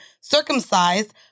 circumcised